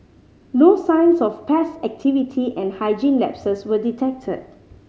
no signs of pest activity and hygiene lapses were detected